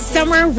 Summer